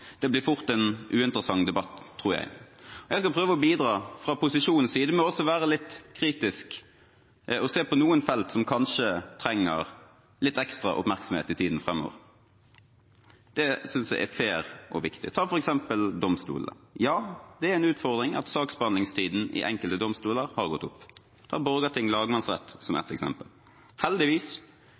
Det blir fort en uinteressant debatt, tror jeg. Jeg skal prøve å bidra fra posisjonens side med også å være litt kritisk og se på noen felt som kanskje trenger litt ekstra oppmerksomhet i tiden framover. Det synes jeg er fair og viktig. Ta f.eks. domstolene. Det er en utfordring at saksbehandlingstiden i enkelte domstoler har gått opp. Borgarting lagmannsrett er ett eksempel. Heldigvis